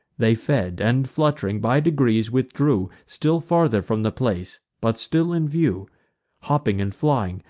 they fed, and, flutt'ring, by degrees withdrew still farther from the place, but still in view hopping and flying,